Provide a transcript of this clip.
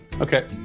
Okay